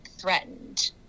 threatened